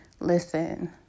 listen